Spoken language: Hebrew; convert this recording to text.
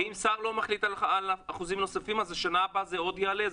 ואם השר לא מחליט על אחוזים נוספים אז השנה הבאה זה עוד יעלה?